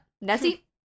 nessie